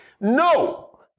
No